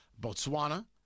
Botswana